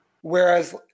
Whereas